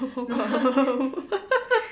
no